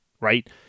right